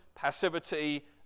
passivity